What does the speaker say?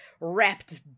wrapped